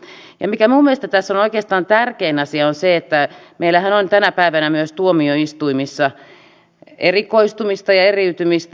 ja se mikä minun mielestäni tässä on oikeastaan tärkein asia on se että meillähän on tänä päivänä myös tuomioistuimissa erikoistumista ja eriytymistä